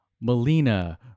Melina